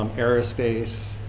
um aerospace,